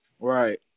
Right